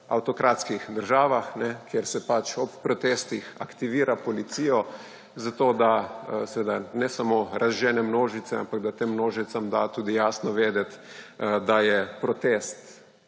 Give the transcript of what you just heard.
avtokratskih državah, kjer se pač ob protestih aktivira policijo, zato da seveda ne samo razžene množice, ampak da tem množicam da tudi jasno vedeti, da je protest